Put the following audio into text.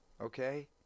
okay